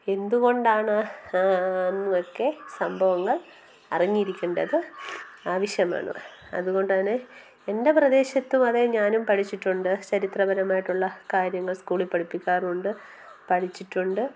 എന്തുകൊണ്ടാണ് എന്നുമൊക്കെ സംഭവങ്ങൾ അറിഞ്ഞിരിക്കേണ്ടത് ആവശ്യമാണ് അതുകൊണ്ട് അതിനെ എന്റെ പ്രദേശത്തും അതെ ഞാനും പഠിച്ചിട്ടുണ്ട് ചരിത്രപരമായിട്ടുള്ള കാര്യങ്ങൾ സ്കൂളിൽ പഠിപ്പിക്കാറുമുണ്ട് പഠിച്ചിട്ടുമുണ്ട്